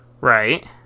Right